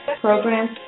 programs